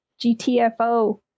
GTFO